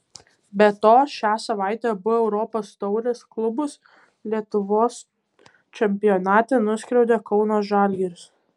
be to šią savaitę abu europos taurės klubus lietuvos čempionate nuskriaudė kauno žalgiris